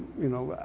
you know,